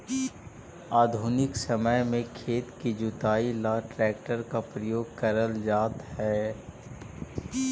आधुनिक समय में खेत की जुताई ला ट्रैक्टर का प्रयोग करल जाता है